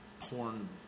porn